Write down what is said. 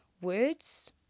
words